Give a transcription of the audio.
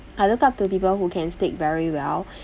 I look up to people who can speak very well